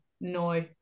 No